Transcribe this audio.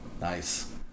Nice